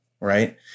right